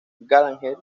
gallagher